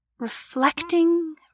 Reflecting